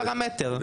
זה פרמטר.